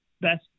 best